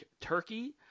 turkey